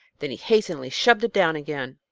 then he hastily shoved it down again.